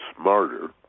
smarter